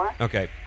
Okay